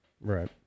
Right